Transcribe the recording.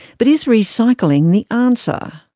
but is recycling the answer?